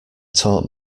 taught